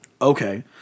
Okay